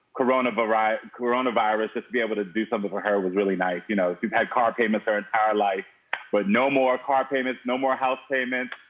coronaviruses coronaviruses to be able to do something for her was really nice. you know, if she's had car payments our entire life but no more car payments, no more house payments,